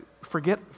forget